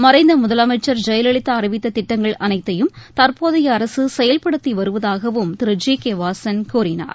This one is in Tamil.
மறைந்த முதலமைச்சர் ஜெயலலிதா அறிவித்த திட்டங்கள் அனைத்தையும் தற்போதைய அரசு செயல்படுத்தி வருவதாகவும் திரு ஜி கே வாசன் கூறினார்